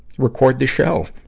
record this show.